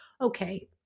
okay